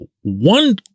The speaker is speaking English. one